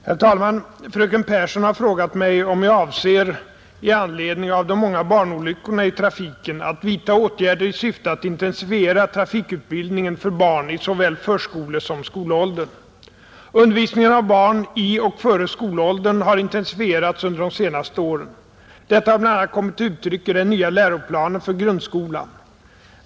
Herr talman! Fröken Pehrsson har frågat mig, om jag avser — i anledning av de många barnolyckorna i trafiken — att vidta åtgärder i syfte att intensifiera trafikutbildningen för barn i såväl förskolesom skolåldern. Undervisningen av barn i och före skolåldern har intensifierats under de senaste åren. Detta har bl.a. kommit till uttryck i den nya läroplanen för grundskolan.